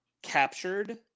captured